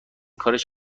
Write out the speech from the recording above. کارش